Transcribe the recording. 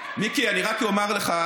מיקי, אני רק אומר לך,